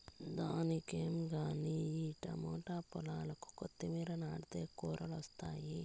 దానికేం గానీ ఈ టమోట, పాలాకు, కొత్తిమీర నాటితే కూరలొస్తాయి